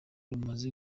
rumaze